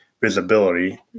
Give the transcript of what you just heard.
visibility